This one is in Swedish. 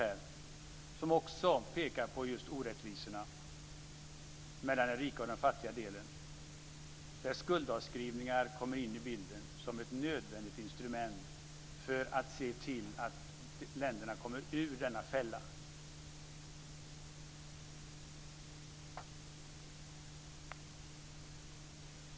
Den pekar också på orättvisorna mellan den rika och den fattiga delen. Skuldavskrivningar kommer in i bilden som ett nödvändigt instrument för att se till att länderna kommer ur denna fälla.